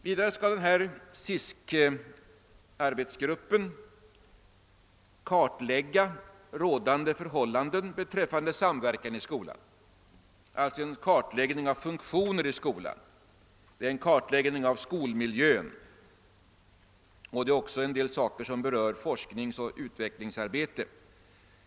SISK skall vidare kartlägga rådande förhållanden beträffande samverkan i skolan, alltså göra en kartläggning av skolmiljön och funktioner i skolan. Utredningsgruppen skall också behandla en del frågor som berör forskningsoch utvecklingsarbetet.